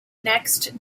next